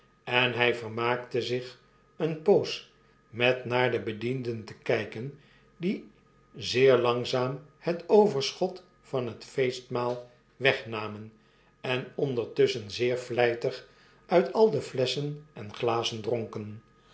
en hy vermaakte zich eene poos met naar de bedienden te kgken die zeer langzaam het overschot van het feestmaal wegnamen en ondertusschen zeer vlqtig uit al de flesschen en glazen dronken